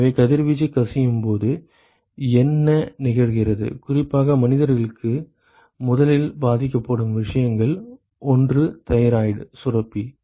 எனவே கதிர்வீச்சு கசியும் போது என்ன நிகழ்கிறது குறிப்பாக மனிதர்களுக்கு முதலில் பாதிக்கப்படும் விஷயங்களில் ஒன்று தைராய்டு சுரப்பி